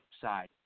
side